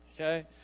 Okay